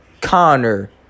Connor